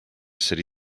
city